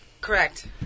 Correct